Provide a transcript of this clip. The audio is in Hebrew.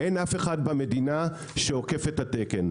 אין אף אחד במדינה שאוכף את התקן.